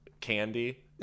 candy